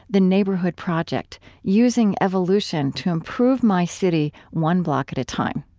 the neighborhood project using evolution to improve my city, one block at a time.